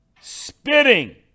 spitting